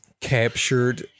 captured